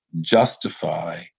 justify